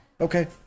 Okay